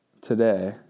today